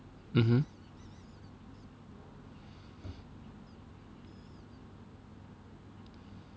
mmhmm